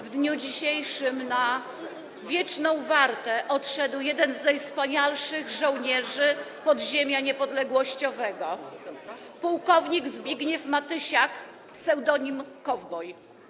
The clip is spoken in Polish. W dniu dzisiejszym na wieczną wartę odszedł jeden z najwspanialszych żołnierzy podziemia niepodległościowego - płk Zbigniew Matysiak, ps. Kowboj.